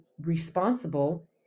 responsible